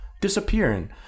disappearing